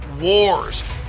wars –